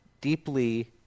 deeply